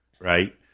right